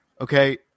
Okay